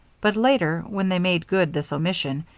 but later, when they made good this omission,